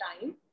time